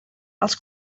els